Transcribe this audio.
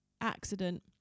accident